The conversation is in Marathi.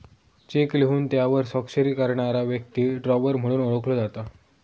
चेक लिहून त्यावर स्वाक्षरी करणारा व्यक्ती ड्रॉवर म्हणून ओळखलो जाता